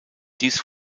dies